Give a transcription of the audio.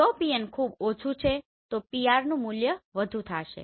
જો Pn ખૂબ ઓછું છે તો PRનું મુલ્ય વધુ હશે